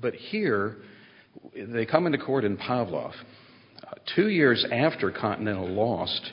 but here they come into court in pawlowski two years after continental lost